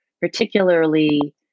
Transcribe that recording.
particularly